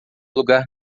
lugar